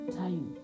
time